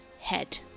head